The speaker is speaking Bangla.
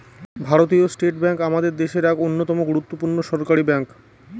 ভারতীয় স্টেট ব্যাঙ্ক আমাদের দেশের এক অন্যতম গুরুত্বপূর্ণ সরকারি ব্যাঙ্ক